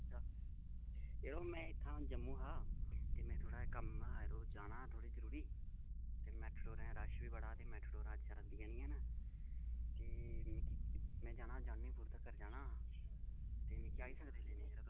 अच्छा अच्छा यरो में इत्थें हा जम्मू हा ते में थोह्ड़ा कम्म हा यरो जाना हा थोह्ड़े जरूरी ते मेटाडोरें रश बी बड़ा ते मेटाडोरां चला दियां नेईं हैन ते में जाना हा जानीपुर तक्कर जाना हा ते मिकी आई सकदे यरो लेने तुस